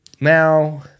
Now